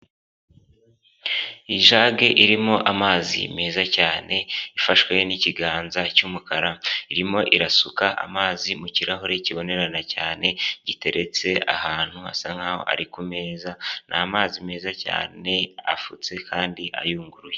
Ijage irimo amazi meza cyane ifashwe n'ikiganza cy'umukara, irimo irasuka amazi mu kirahure kibonerana cyane giteretse ahantu hasa nkaho ari ku meza, ni amazi meza cyane afutse kandi ayunguruye.